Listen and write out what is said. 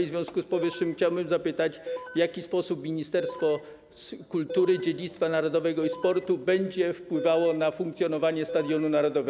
W związku z powyższym chciałbym zapytać: W jaki sposób Ministerstwo Kultury, Dziedzictwa Narodowego i Sportu będzie wpływało na funkcjonowanie Stadionu Narodowego?